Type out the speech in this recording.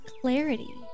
clarity